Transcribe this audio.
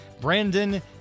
Brandon